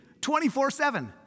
24-7